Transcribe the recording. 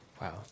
Wow